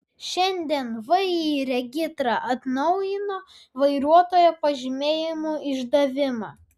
šiandien vį regitra atnaujino vairuotojo pažymėjimų išdavimą